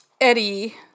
Eddie